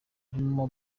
burimo